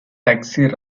taxi